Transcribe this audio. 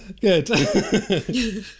Good